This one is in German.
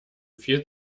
viel